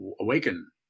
Awaken